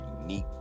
unique